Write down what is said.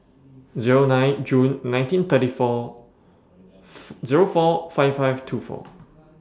Zero nine June nineteen thirty four Zero four five five two four